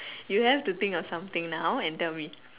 you have to think of something now and tell me